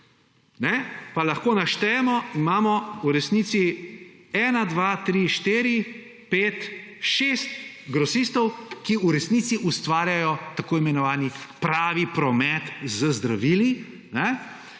lahko naštejemo, imamo v resnici ena, dva, tri, štiri, pet šest grosistov, ki v resnici ustvarjajo tako imenovani pravi promet z zdravili.